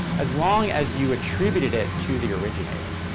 as long as you attributed it to the originator.